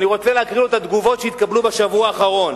אני רוצה להקריא לו את התגובות שהתקבלו בשבוע האחרון: